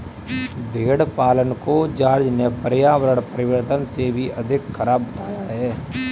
भेड़ पालन को जॉर्ज ने पर्यावरण परिवर्तन से भी अधिक खराब बताया है